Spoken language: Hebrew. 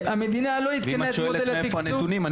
המדינה לא --- אם את שואלת ממה ההתרשמות אז הנה,